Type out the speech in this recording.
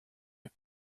eux